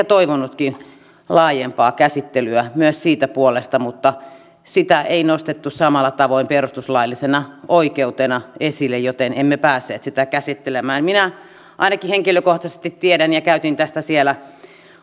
toivonutkin laajempaa käsittelyä myös siitä puolesta mutta sitä ei nostettu samalla tavoin perustuslaillisena oikeutena esille joten emme päässeet sitä käsittelemään minä ainakin henkilökohtaisesti tiedän ja käytin tästä siellä